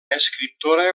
escriptora